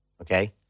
okay